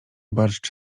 barszcz